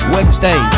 Wednesday